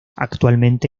actualmente